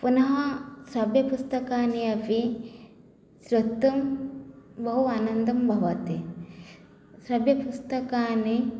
पुनः सर्वे पुस्तकानि अपि श्रोतुं बहु आनन्दं भवति सर्वे पुस्तकानि